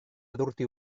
adurti